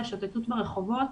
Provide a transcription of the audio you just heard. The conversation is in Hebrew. לשוטטות ברחובות,